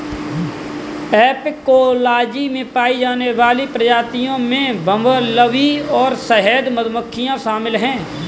apicology में पाई जाने वाली प्रजातियों में बंबलबी और शहद मधुमक्खियां शामिल हैं